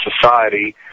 society